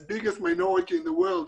the biggest minority in the world,